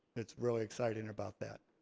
it's really exciting about that.